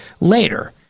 later